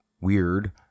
weird